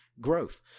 growth